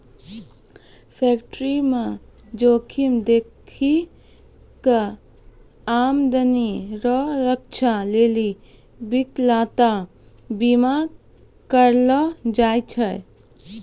फैक्टरीमे जोखिम देखी कय आमदनी रो रक्षा लेली बिकलांता बीमा करलो जाय छै